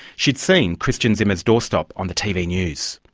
she'd seen christian zimmer's doorstep on the tv news.